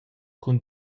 cun